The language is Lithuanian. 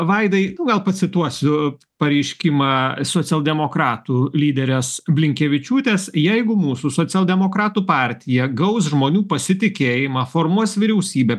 vaidai nu gal pacituosiu pareiškimą socialdemokratų lyderės blinkevičiūtės jeigu mūsų socialdemokratų partija gaus žmonių pasitikėjimą formuos vyriausybę